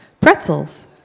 Pretzels